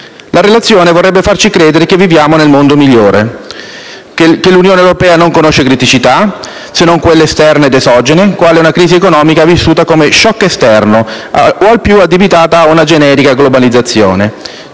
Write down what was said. La relazione vorrebbe farci credere che viviamo nel migliore dei mondi possibili, che l'Unione europea non conosce criticità, se non quelle esterne ed esogene, quale una crisi economica vissuta come *shock* esterno o al più addebitata a una generica globalizzazione.